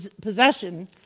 possession